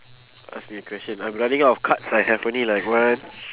ask me a question I'm running out of cards I have only like one